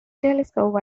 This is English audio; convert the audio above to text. telescope